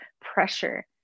pressure